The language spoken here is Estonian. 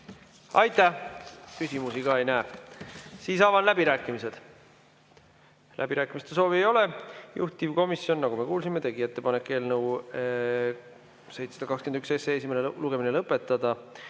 Aitäh! Küsimusi ka ei näe. Avan läbirääkimised. Läbirääkimiste soovi ei ole. Juhtivkomisjon, nagu me kuulsime, tegi ettepaneku eelnõu 721 esimene lugemine lõpetada.